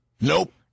Nope